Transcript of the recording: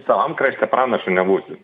savam krašte pranašu nebūsi